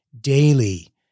daily